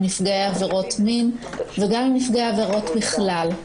נפגעי עבירות מין וגם עם נפגעי עבירות בכלל.